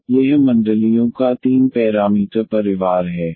तो यह मंडलियों का 3 पैरामीटर परिवार है